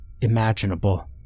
imaginable